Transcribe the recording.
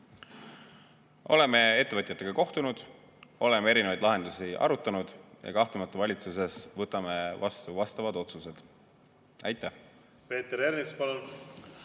Oleme ettevõtjatega kohtunud, oleme erinevaid lahendusi arutanud ja kahtlemata võtame valitsuses vastu vastavad otsused. Oleme